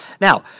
Now